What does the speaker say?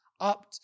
up